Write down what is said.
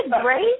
great